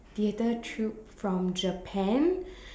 theatre troupe from Japan